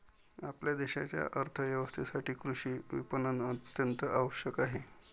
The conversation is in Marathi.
आपल्या देशाच्या अर्थ व्यवस्थेसाठी कृषी विपणन अत्यंत आवश्यक आहे